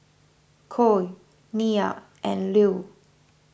Cole Nyah and Lue